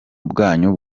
bwanyu